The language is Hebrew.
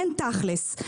אין תכלס.